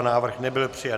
Návrh nebyl přijat.